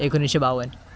एकोणीसशे बावन्न